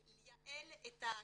לייעל את הקליטה.